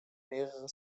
mehrere